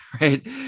right